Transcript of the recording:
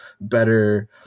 better